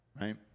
right